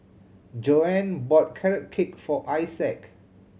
Joann bought Carrot Cake for Isaak